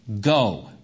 go